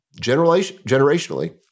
generationally